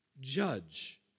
judge